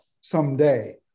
someday